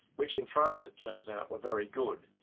which in france it turns out were very good,